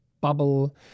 bubble